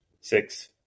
six